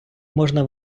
можна